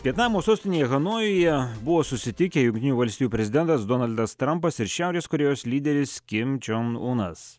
vietnamo sostinėje hanojuje buvo susitikę jungtinių valstijų prezidentas donaldas trampas ir šiaurės korėjos lyderis kim čion unas